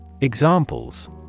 Examples